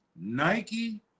Nike